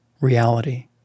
reality